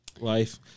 Life